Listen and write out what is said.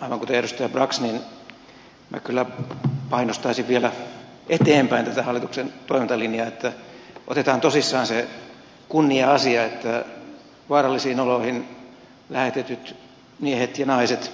aivan kuten edustaja brax minä kyllä painostaisin vielä eteenpäin tätä hallituksen toimintalinjaa että otetaan tosissaan se kunnia asia että vaarallisiin oloihin lähetetyt miehet ja naiset